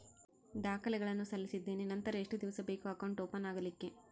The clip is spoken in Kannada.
ದಾಖಲೆಗಳನ್ನು ಸಲ್ಲಿಸಿದ್ದೇನೆ ನಂತರ ಎಷ್ಟು ದಿವಸ ಬೇಕು ಅಕೌಂಟ್ ಓಪನ್ ಆಗಲಿಕ್ಕೆ?